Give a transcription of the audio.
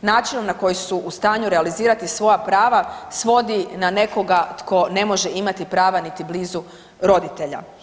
načinom na koji su u stanju realizirati svoja prava, svodi na nekoga tko ne može imati prava svodi na nekoga tko ne može imati prava niti blizu roditelja.